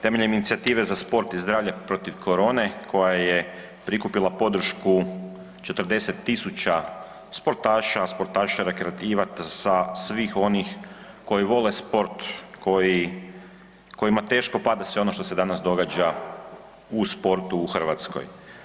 Temeljem inicijative za sport i zdravlja protiv korone koja je prikupila podršku 40 tisuća sportaša, sportaša rekreativaca, svih onih koji vole sport, kojima teško pada sve ono što se danas događa u sportu u Hrvatskoj.